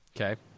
Okay